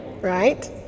right